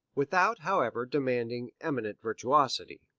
without, however, demanding eminent virtuosity.